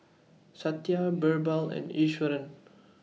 Satya Birbal and Iswaran